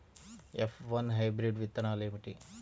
F one hybrid విత్తనాలు ఏమిటి?